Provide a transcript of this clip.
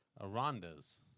Aranda's